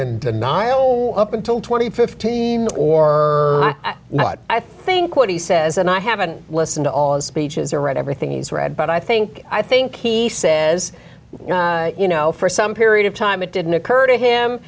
in denial up until twenty fifteen or i think what he says and i haven't listened to all the speeches or read everything he's read but i think i think he says you know for some period of time it didn't occur to him